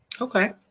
Okay